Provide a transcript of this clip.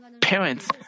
parents